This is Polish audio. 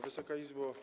Wysoka Izbo!